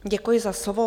Děkuji za slovo.